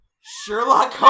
Sherlock